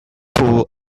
pour